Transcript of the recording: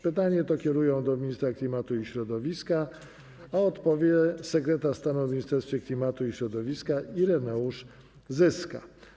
Pytanie to kierują do ministra klimatu i środowiska, a odpowie na nie sekretarz stanu w Ministerstwie Klimatu i Środowiska Ireneusz Zyska.